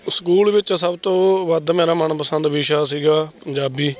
school ਵਿੱਚ ਸਭ ਤੋਂ ਵੱਧ ਮੇਰਾ ਮਨਪਸੰਦ ਵਿਸ਼ਾ ਸੀਗਾ ਪੰਜਾਬੀ